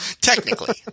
Technically